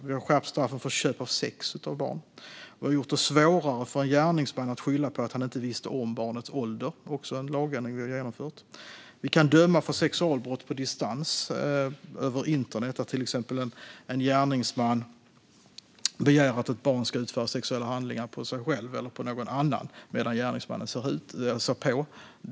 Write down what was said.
Vi har även skärpt straffen för köp av sex av barn. Vi har genom en lagändring gjort det svårare för en gärningsman att skylla på att han inte visste om barnets ålder. Man kan döma någon för sexualbrott på distans över internet, till exempel om en gärningsman begär att ett barn ska utföra sexuella handlingar på sig själv eller på någon annan medan gärningsmannen ser på.